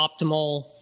optimal